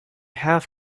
half